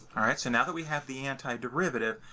all right. so now that we have the antiderivative,